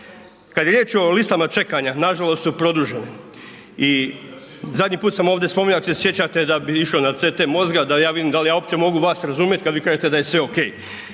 Kada je riječ o listama čekanja, nažalost su produženje. I zadnji put sam ovdje spominjao ako se sjećate da bi išao na CT mozga, da ja vidim da li ja uopće mogu vas razumjeti kada vi kažete da je sve OK,